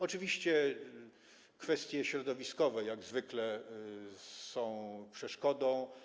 Oczywiście kwestie środowiskowe, jak zwykle, są przeszkodą.